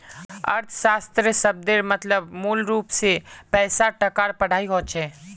अर्थशाश्त्र शब्देर मतलब मूलरूप से पैसा टकार पढ़ाई होचे